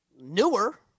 newer